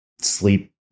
sleep